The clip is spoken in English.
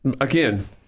again